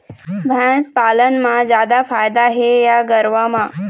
भैंस पालन म जादा फायदा हे या गरवा म?